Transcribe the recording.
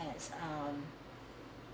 as hmm